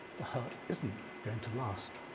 the hurt isn't going to last.